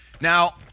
Now